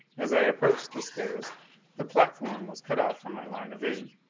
as i approached the stairs the platform was cut off from my line of vision.